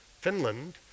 Finland